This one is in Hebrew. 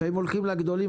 לפעמים הולכים לגדולים,